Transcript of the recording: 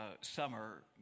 summer